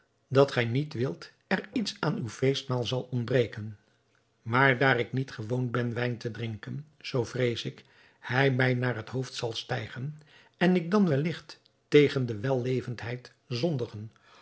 dat gij niet wilt er iets aan uw feestmaal zal ontbreken maar daar ik niet gewoon ben wijn te drinken zoo vrees ik hij mij naar het hoofd zal stijgen en ik dan welligt tegen de wellevendheid zondigen